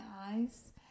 eyes